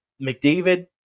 McDavid